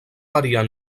variar